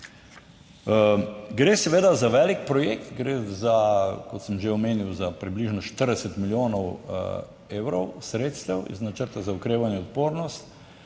Gre seveda za velik projekt, gre za, kot sem že omenil, za približno 40 milijonov evrov sredstev iz načrta za okrevanje in odpornost.